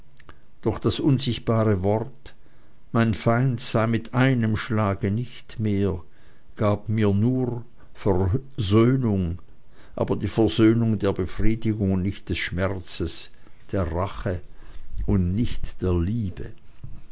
doch das unsichtbare wort mein feind sei mit einem schlage nicht mehr gab mir nur versöhnung aber die versöhnung der befriedigung und nicht des schmerzes der rache und nicht der liebe